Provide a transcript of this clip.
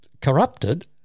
Corrupted